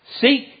seek